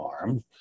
armed